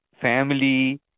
family